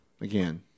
again